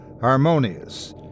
Harmonious